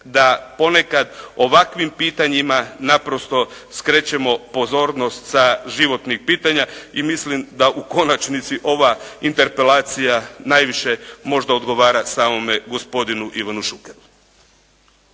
da ponekad ovakvim pitanjima naprosto skrećemo pozornost sa životnih pitanja i mislim da u konačnici ova interpelacija najviše možda odgovara samome gospodinu Ivanu Šukeru.